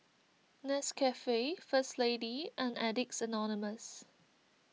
Nescafe First Lady and Addicts Anonymous